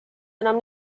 enam